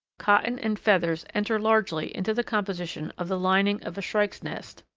cotton and feathers enter largely into the composition of the lining of a shrike's nest.